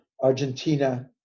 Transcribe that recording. Argentina